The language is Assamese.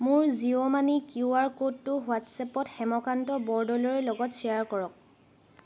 মোৰ জিঅ' মানি কিউ আৰ ক'ডটো হোৱাটছএপত হেমকান্ত বৰদলৈৰ লগত শ্বেয়াৰ কৰক